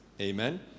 Amen